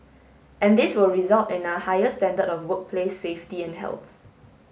and this will result in a higher standard of workplace safety and health